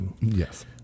Yes